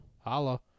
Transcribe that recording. holla